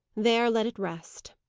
there, let it rest.